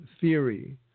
theory